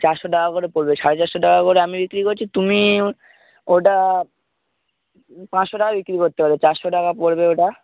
চারশো টাকা করে পড়বে সাড়ে চারশো টাকা করে আমি বিক্রি করছি তুমি ওটা পাঁচশো টাকায় বিক্রি করতে পারবে চারশো টাকা পড়বে ওটা